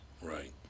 right